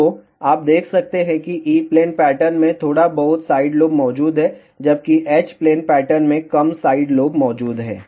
तो आप देख सकते हैं कि E प्लेन पैटर्न में थोड़ा बहुत साइड लोब मौजूद हैं जबकि H प्लेन पैटर्न में कम साइड लोब मौजूद हैं